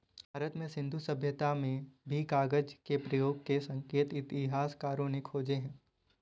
भारत में सिन्धु सभ्यता में भी कागज के प्रयोग के संकेत इतिहासकारों ने खोजे हैं